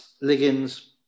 Liggins